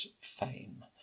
fame